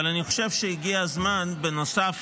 אבל אני חושב שהגיע הזמן, בנוסף,